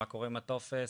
מה קורה עם הטופס,